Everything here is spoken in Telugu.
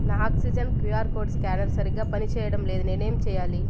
నా ఆక్సిజెన్ క్యూఆర్ కోడ్ స్కానర్ సరిగ్గా పనిచేయడం లేదు నేనేం చేయాలి